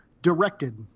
directed